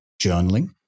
journaling